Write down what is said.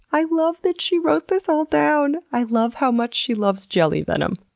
i love that she wrote this all down! i love how much she loves jelly venom!